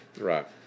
Right